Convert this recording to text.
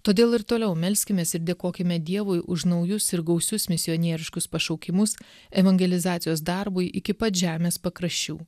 todėl ir toliau melskimės ir dėkokime dievui už naujus ir gausius misionieriškus pašaukimus evangelizacijos darbui iki pat žemės pakraščių